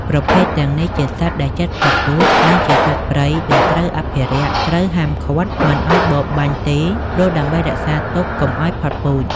ប្រភេទទាំងនេះជាសត្វដែលជិតផុតពូជនិងជាសត្វព្រៃដែលត្រូវអភិរក្សត្រូវហាមឃាត់មិនឲ្យបរបាញ់ទេព្រោះដើម្បីរក្សាទុកកំុឲ្យផុតពូជ។